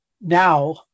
Now